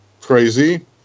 crazy